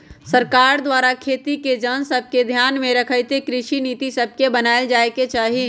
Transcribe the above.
सरकार द्वारा खेती के जन सभके ध्यान में रखइते कृषि नीति सभके बनाएल जाय के चाही